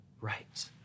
right